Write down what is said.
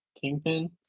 Kingpin